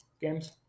games